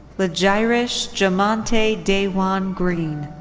lajyrish jamonte daywaan green.